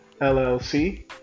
LLC